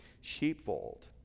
sheepfold